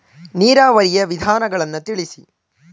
ನೀರಾವರಿಯ ವಿಧಾನಗಳನ್ನು ತಿಳಿಸಿ?